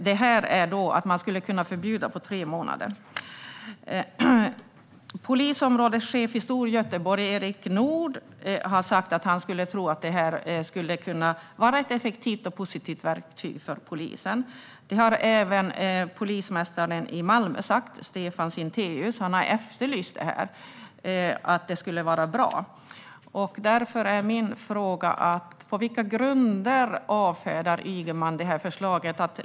Det här innebär att man skulle kunna förbjuda i tre månader. Polisområdeschefen för Storgöteborg, Erik Nord, har sagt att han tror att det här skulle kunna vara ett effektivt och positivt verktyg för polisen. Det har även polismästaren i Malmö, Stefan Sintéus, sagt. Han har efterlyst det här och sagt att det skulle vara bra. Därför är min fråga på vilka grunder Ygeman avfärdar det här förslaget.